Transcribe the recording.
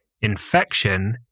infection